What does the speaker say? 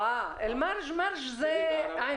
אה, אל-מרג', מרג' זה עמק.